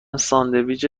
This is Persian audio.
ساندویچ